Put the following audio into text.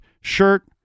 shirt